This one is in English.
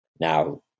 now